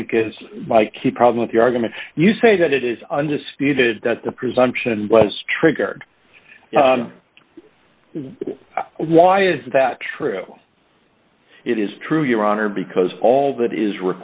i think is my key problem with the argument you say that it is undisputed that the presumption was triggered why is that true it is true your honor because all that is